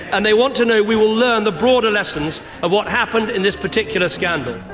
and they want to know we will learn the broader lessons of what happened in this particular scandal.